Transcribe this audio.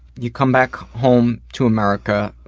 you come back home to america,